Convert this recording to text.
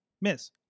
miss